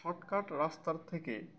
shortcut রাস্তার থেকে